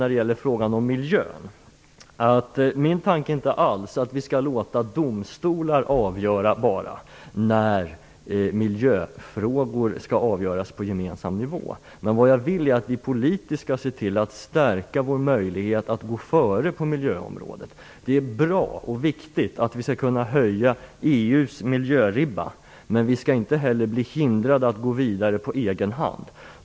När det gäller frågan om miljön är det inte alls min tanke att vi skall låta domstolen avgöra när miljöfrågor skall avgöras på en gemensam nivå. Vad jag vill är att vi politiskt skall se till att stärka vår möjlighet att gå före på miljöområdet. Det är bra och viktigt om vi kan höja EU:s miljöribba, men vi skall inte bli hindrade att gå vidare på egen hand.